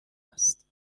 است